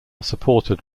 supported